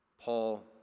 Paul